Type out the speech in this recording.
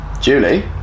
Julie